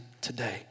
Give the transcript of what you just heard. today